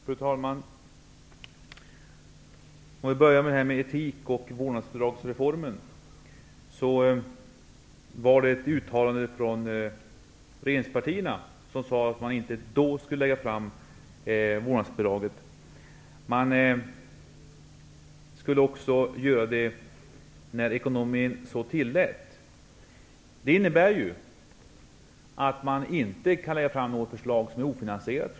Fru talman! Om jag får börja med frågan om etik och vårdnadsbidragsreformen, gjorde regeringspartierna ett uttalande om att man inte då skulle lägga fram förslag om vårdnadsbidrag. Man skulle göra det när ekonomin så tillät. Det innebär självfallet att man inte kan lägga fram något förslag som är ofinansierat.